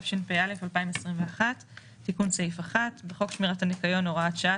התשפ"א 2021. תיקון סעיף 1 1. בחוק שמירת הניקיון (הוראת שעה),